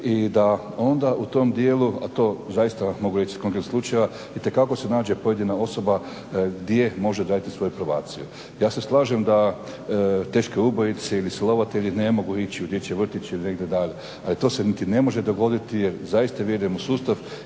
i da onda u tom dijelu, a to zaista mogu reći iz konkretnog slučaja, itekako se nađe pojedina osoba … može odraditi svoju probaciju. Ja se slažem da teške ubojice ili silovatelji ne mogu ići u dječji vrtić ili negdje … ali to se niti ne može dogoditi jer zaista vjerujem u sustav